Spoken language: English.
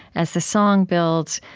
as the song builds,